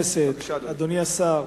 אדוני השר,